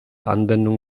anwendungen